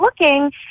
looking